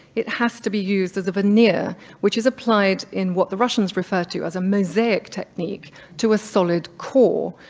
it has to be used as a veneer, which is applied in what the russians refer to as a mosaic technique to a solid core.